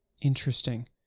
Interesting